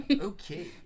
Okay